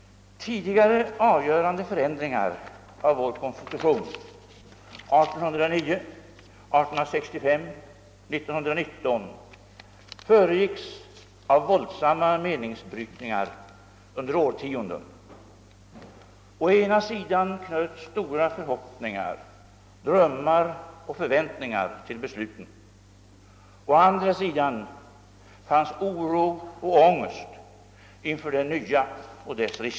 Tidigare avgörande förändringar av vår konstitution — 1809, 1865 och 1919 — föregicks av våldsamma meningsbrytningar under årtionden. Å ena sidan knöts stora förhoppningar, drömmar och förväntningar till besluten; å andra sidan fanns oro och ångest inför det nya och dess risker.